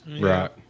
Right